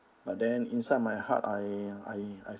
but then inside my heart I I I